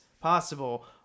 possible